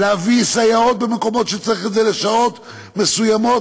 להביא סייעות למקומות שצריך לשעות מסוימות,